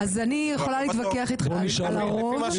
אני יכולה להתווכח איתך על הרוב.